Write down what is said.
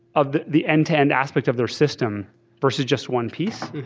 of the the end-to-end aspect of their system versus just one piece.